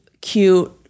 cute